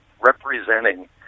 representing